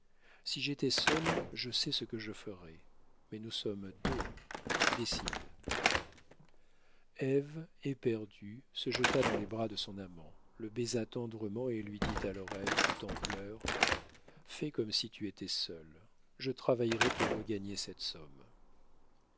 si j'étais seul je sais ce que je ferais mais nous sommes deux décide ève éperdue se jeta dans les bras de son amant le baisa tendrement et lui dit à l'oreille tout en pleurs fais comme si tu étais seul je travaillerai pour regagner cette somme